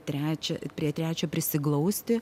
trečią prie trečio prisiglausti